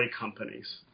companies